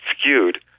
skewed